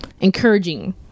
encouraging